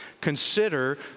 Consider